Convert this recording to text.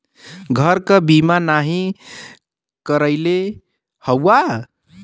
घर क बीमा नाही करइले हउवा